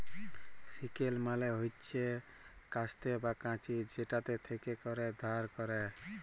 sickle মালে হচ্যে কাস্তে বা কাঁচি যেটাতে হাতে ক্যরে ধাল কাটে